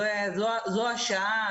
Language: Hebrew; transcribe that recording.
זו השעה,